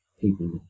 people